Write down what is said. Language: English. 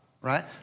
right